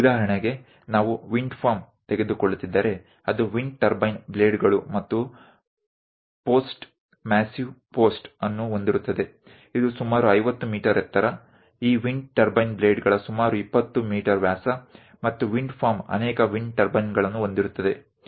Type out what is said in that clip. ಉದಾಹರಣೆಗೆ ನಾವು wind farm ತೆಗೆದುಕೊಳ್ಳುತ್ತಿದ್ದರೆ ಅದು ವಿಂಡ್ ಟರ್ಬೈನ್ ಬ್ಲೇಡ್ಗಳು ಮತ್ತು ಪೋಸ್ಟ್ ಮ್ಯಾಸಿವ್ ಪೋಸ್ಟ್ ಅನ್ನು ಹೊಂದಿರುತ್ತದೆ ಇದು ಸುಮಾರು 50 ಮೀಟರ್ ಎತ್ತರ ಈ ವಿಂಡ್ ಟರ್ಬೈನ್ ಬ್ಲೇಡ್ಗಳ ಸುಮಾರು 20 ಮೀಟರ್ ವ್ಯಾಸ ಮತ್ತು ವಿಂಡ್ ಫಾರ್ಮ್ ಅನೇಕ ವಿಂಡ್ ಟರ್ಬೈನ್ಗಳನ್ನು ಹೊಂದಿರುತ್ತದೆ